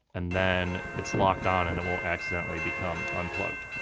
and then it's locked on and it won't accidentally become unplugged.